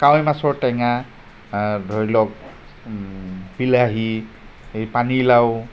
কাৱৈ মাছৰ টেঙা ধৰি লওক বিলাহী এই পানীলাও